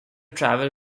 travel